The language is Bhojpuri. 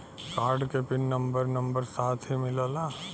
कार्ड के पिन नंबर नंबर साथही मिला?